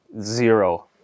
zero